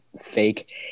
fake